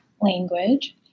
language